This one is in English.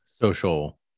social